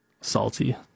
salty